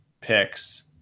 picks